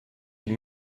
die